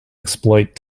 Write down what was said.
exploit